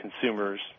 consumers